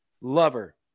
lover